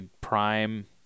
prime